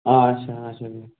اَچھا اَچھا بِہِو